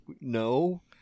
No